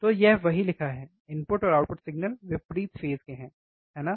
तो यह वही है लिखा है इनपुट और आउटपुट सिग्नल विपरीत फेज़ हैं है ना